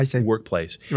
workplace